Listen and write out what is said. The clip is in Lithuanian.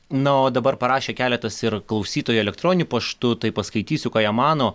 na o dabar parašė keletas ir klausytojai elektroniniu paštu tai paskaitysiu ką jie mano